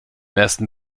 ersten